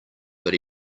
but